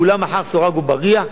כולם מאחורי סורג ובריח,